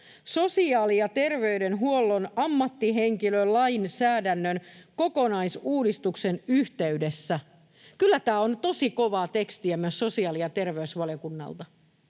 sosiaali- ja terveydenhuollon ammattihenkilölainsäädännön kokonaisuudistuksen yhteydessä”. Kyllä tämä on tosi kovaa tekstiä myös sosiaali- ja terveysvaliokunnalta.